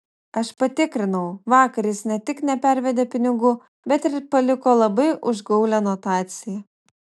aš patikrinau vakar jis ne tik nepervedė pinigų bet ir paliko labai užgaulią notaciją